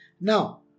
Now